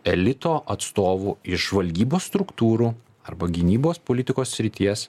elito atstovų ir žvalgybos struktūrų arba gynybos politikos srities